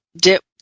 dip